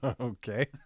Okay